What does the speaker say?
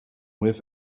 with